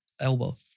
elbow